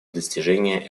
достижение